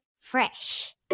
fresh